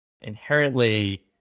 Inherently